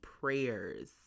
prayers